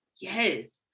Yes